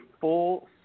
full